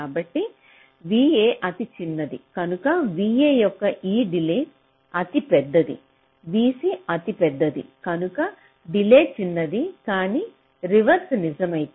కాబట్టి v A అతి చిన్నది కనుక v A యొక్క ఈ డిలే అతిపెద్దది V C అతిపెద్దది కనుక డిలే చిన్నది కానీ రివర్స్ నిజమైతే